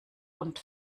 und